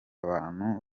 bantu